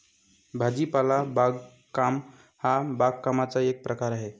भाजीपाला बागकाम हा बागकामाचा एक प्रकार आहे